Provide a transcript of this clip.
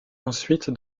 ensuite